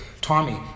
Tommy